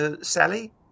Sally